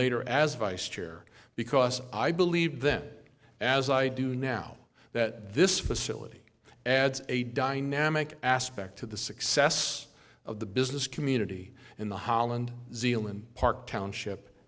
later as vice chair because i believed then as i do now that this facility adds a dynamic aspect to the success of the business community in the holland zealand park township